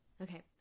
Okay